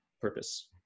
purpose